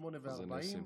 20:40,